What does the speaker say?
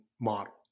model